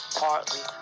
partly